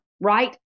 right